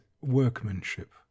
workmanship